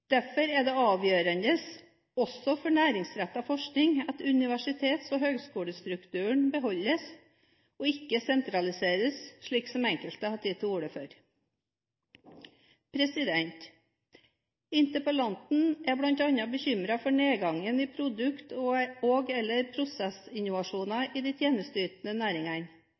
Derfor er det avgjørende også for næringsrettet forskning at universitets- og høyskolestrukturen beholdes og ikke sentraliseres slik som enkelte har tatt til orde for. Interpellanten er bl.a. bekymret for nedgangen i produkt- og/eller prosessinnovasjoner i de tjenesteytende næringene.